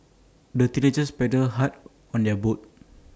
the teenagers paddled hard on their boat